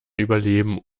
überleben